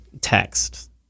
text